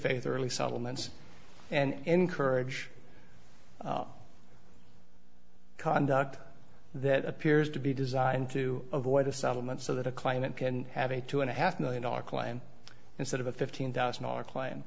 faith early settlements and encourage conduct that appears to be designed to avoid a settlement so that a client can have a two and a half million dollar client instead of a fifteen thousand dollar client